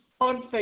on